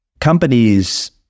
companies